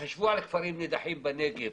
תחשבו על כפרים נידחים בנגב.